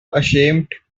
ashamed